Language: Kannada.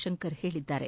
ಶಂಕರ್ ಹೇಳಿದ್ದಾರೆ